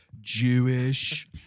Jewish